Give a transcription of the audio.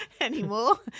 anymore